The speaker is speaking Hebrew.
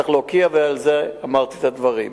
צריך להוקיע, ועל זה אמרתי את הדברים.